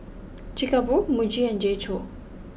Chic A Boo Muji and J co